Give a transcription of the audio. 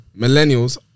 Millennials